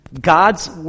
God's